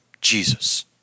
Jesus